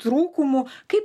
trūkumų kaip